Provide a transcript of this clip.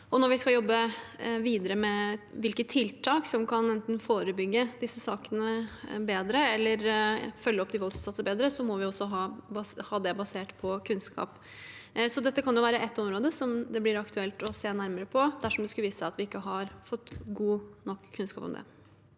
Når vi skal jobbe videre med hvilke tiltak som kan enten forebygge disse sakene bedre eller følge opp de voldsutsatte bedre, må vi også ha det basert på kunnskap, så dette kan være et område som det blir aktuelt å se nærmere på dersom det skulle vise seg at vi ikke har fått god nok kunnskap om det.